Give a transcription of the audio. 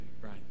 right